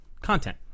Content